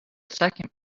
second